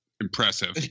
impressive